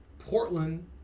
Portland